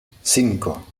cinco